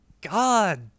God